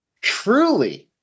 Truly